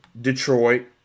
Detroit